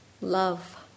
love